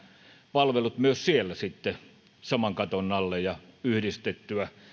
palvelut myös siellä sitten saman katon alle ja yhdistettyä